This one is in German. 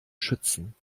schützen